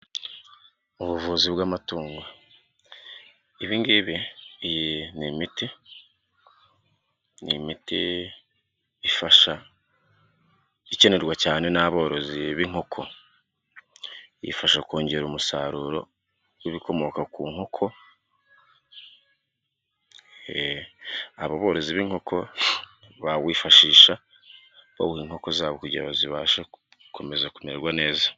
Ubuvuzi bw'amatungo. Ibi ngibi, iyi ni imiti ikenerwa cyane n'aborozi b'inkoko, ifasha kongera umusaruro w'ibikomoka ku nkoko, aborozi b'inkoko bawifashisha bawuha inkoko zabo, kugira ngo zibashe gukomeza kumererwa neza.